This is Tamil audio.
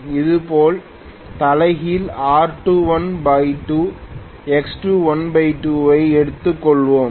இதேபோல் தலைகீழ் R21 2 X21 2 ஐ எ எடுத்துக்கொள்வோம்